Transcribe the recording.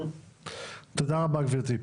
תודה רבה גברתי.